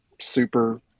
super